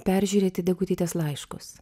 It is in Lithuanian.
peržiūrėti degutytės laiškus